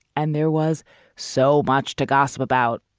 and there was so much to gossip about.